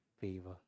favor